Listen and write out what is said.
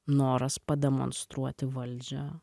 noras pademonstruoti valdžią